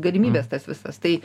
galimybės tas visas tai